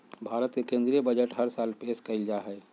भारत के केन्द्रीय बजट हर साल पेश कइल जाहई